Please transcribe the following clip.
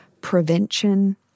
prevention